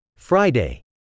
Friday